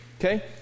Okay